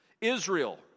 Israel